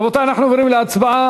רבותי, אנחנו עוברים להצבעה